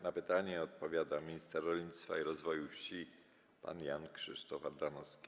Na pytanie odpowiada minister rolnictwa i rozwoju wsi pan Jan Krzysztof Ardanowski.